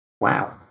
Wow